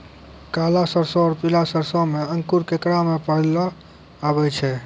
काला सरसो और पीला सरसो मे अंकुर केकरा मे पहले आबै छै?